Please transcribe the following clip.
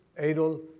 Adol